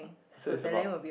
so it's about